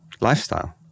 lifestyle